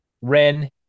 Ren